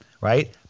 right